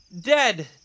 Dead